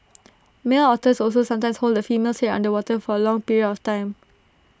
male otters also sometimes hold the female's Head under water for A long period of time